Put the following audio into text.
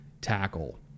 tackle